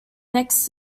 next